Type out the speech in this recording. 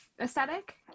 aesthetic